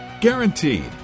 Guaranteed